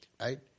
Right